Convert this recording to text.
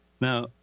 Now